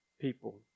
people